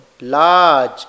large